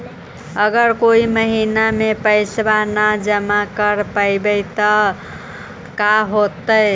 अगर कोई महिना मे पैसबा न जमा कर पईबै त का होतै?